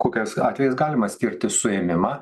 kokias atvejais galima skirti suėmimą